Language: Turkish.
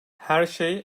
herşey